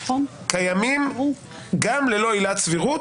קיימים גם ללא עילת סבירות.